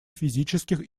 физических